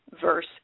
verse